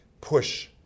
push